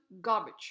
garbage